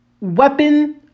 weapon